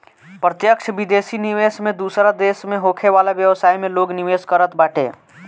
प्रत्यक्ष विदेशी निवेश में दूसरा देस में होखे वाला व्यवसाय में लोग निवेश करत बाटे